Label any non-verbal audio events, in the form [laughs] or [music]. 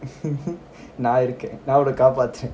[laughs] நான்இருக்கேன்நான்உன்னகாப்பாத்துறேன்:naan irukken naan unna kappadhuren